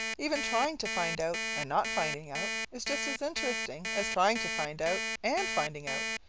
even trying to find out and not finding out is just as interesting as trying to find out and finding out,